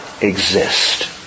exist